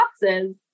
boxes